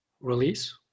release